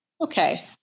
Okay